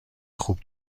خوب